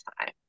time